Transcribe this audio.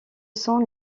sont